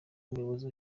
umuyobozi